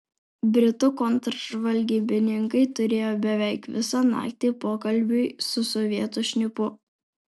britų kontržvalgybininkai turėjo beveik visą naktį pokalbiui su sovietų šnipu